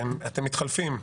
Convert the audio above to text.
אתם מתחלפים.